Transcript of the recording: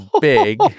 big